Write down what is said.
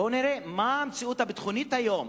בואו נראה מה המציאות הביטחונית היום.